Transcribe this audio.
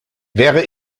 wäre